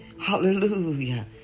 Hallelujah